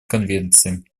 конвенции